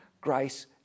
grace